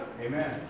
Amen